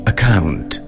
Account